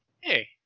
hey